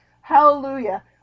Hallelujah